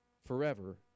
forever